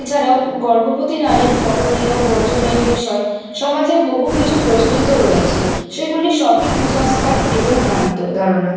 এছাড়াও গর্ভবতী নারীর করনীয় বর্জনীয় বিষয় সমাজে বহু কিছু প্রচলিত রয়েছে সেগুলি সবই কুসংস্কার এবং ভ্রান্ত ধারণা